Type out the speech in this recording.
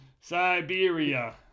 Siberia